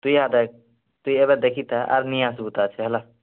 ତୁଇ ଇହାଦେ ଦେଖ୍ ତୁଇ ଏବେ ଦେଖିଥା ଆର୍ନି ଆସିବୁ ତାର୍ ସେ ହେଲା